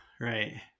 right